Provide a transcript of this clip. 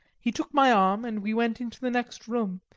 he took my arm, and we went into the next room,